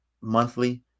monthly